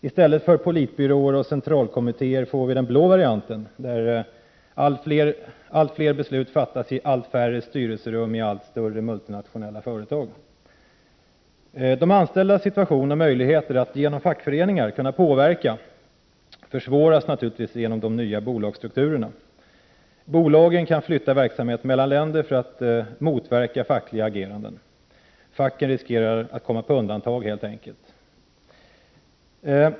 I stället för politbyråer och centralkommittéer får vi den blåa varianten, där allt fler beslut fattas i allt färre styrelserum i allt större multinationella företag. De anställdas situation och möjlighet att genom fackföreningar påverka försvåras genom de nya bolagsstrukturerna. Bolagen kan flytta verksamhet mellan länder för att motverka fackliga ageranden. Facken riskerar att komma på undantag, helt enkelt.